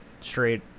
Straight